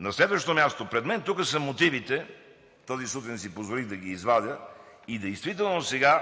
На следващо място, пред мен тук са мотивите, тази сутрин си позволих да ги извадя и действително като